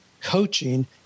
coaching